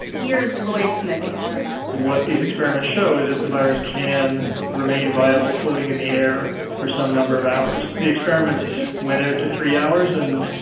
here's lloyd-smith again what these experiments show is that the virus can remain viable floating in the air for some number of hours. the experiments went out to three hours and,